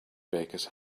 bakers